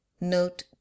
Note